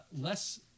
Less